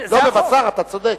לא בבשר, אתה צודק.